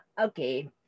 Okay